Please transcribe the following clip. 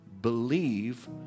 believe